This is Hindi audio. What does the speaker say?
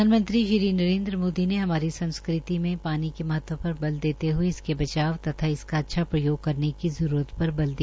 प्रधानमंत्री श्री नरेन्द्र मोदी ने हमारी संस्कृति में पानी के महत्व पर बल देते हये इसके बचाव तथा इसका अच्छा प्रयोग करने की जरूरत पर बल दिया